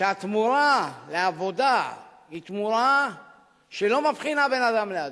שהתמורה לעבודה היא תמורה שלא מבחינה בין אדם לאדם.